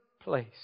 place